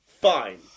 Fine